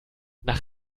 nach